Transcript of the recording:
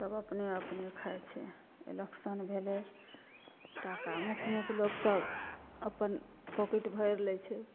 सब अपने अपने खाइ छै एलेक्शन भेलै टाका मुख मुख लोक सब अपन पॉकेट भरि लै छै